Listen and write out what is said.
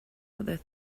other